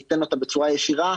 ניתן אותה בצורה ישירה,